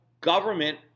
government